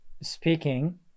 speaking